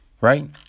right